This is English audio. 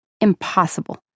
Impossible